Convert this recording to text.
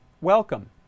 Welcome